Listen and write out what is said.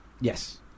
Yes